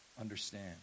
understand